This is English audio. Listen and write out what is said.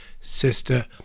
Sister